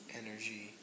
energy